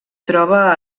troba